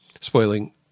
spoiling